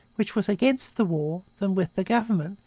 which was against the war, than with the government,